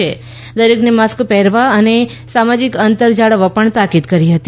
શ્રી પૌલે દરેકને માસ્ક પહેરવા અને સામાજિક અંતર જાળવવા તાકીદ કરી હતી